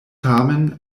tamen